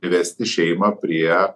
vesti šeimą prie